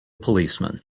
policeman